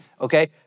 okay